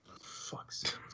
Fuck's